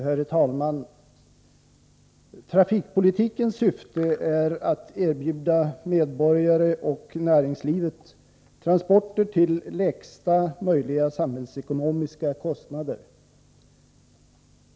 Herr talman! Trafikpolitikens syfte är att erbjuda medborgarna och näringslivet transporter till lägsta möjliga samhällsekonomiska kostnader.